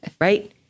right